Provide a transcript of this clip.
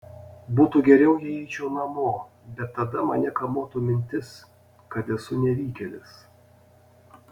būtų geriau jei eičiau namo bet tada mane kamuotų mintis kad esu nevykėlis